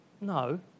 no